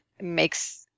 makes